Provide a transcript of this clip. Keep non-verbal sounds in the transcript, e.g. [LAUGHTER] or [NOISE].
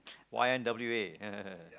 Y_N_W_A [LAUGHS]